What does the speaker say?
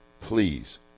please